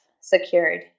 secured